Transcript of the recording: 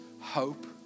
Hope